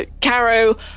Caro